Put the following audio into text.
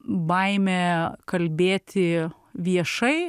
baimė kalbėti viešai